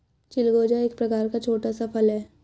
चिलगोजा एक प्रकार का छोटा सा फल है